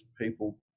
people